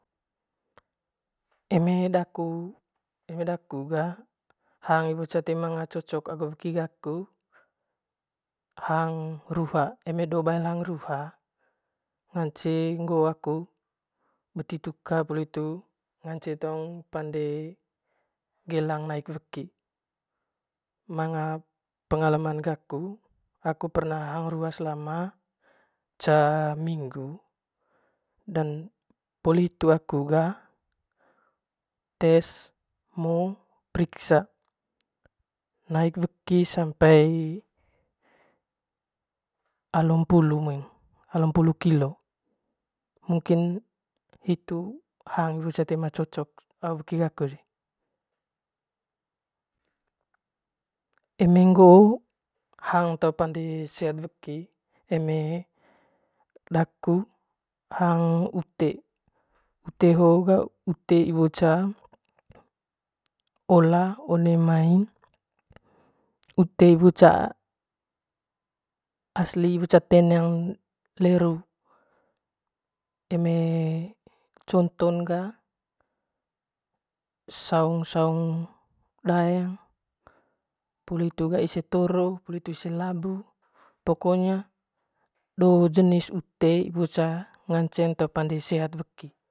Eme daku ga hang iwo toe ma cocok agu weki gaku hang ruha eme do bail hang ruha ngance ngoo aku beti tuka ngance tong pande gelang naik weki manga pengalaman gaku aku perna hang ruha selama ca minggu dan poli hitu aku ga tes mo priksa nnaik weki sampe alom pulu muing alom pulu kilo mungkin hitu hang toe ma cocok agu weki gaku si. eme ngoo haeng te pande sehat weki eme daku hang ute, ute hoo ga iwo ca ola one mai one mai asli iwo ca iwo ca teneng le ru eme conton ga saung saung daeng poli hitu ga ise toro ise labu poli hitu ga pokonya do jenis ute te pande sehat weki.